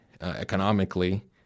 economically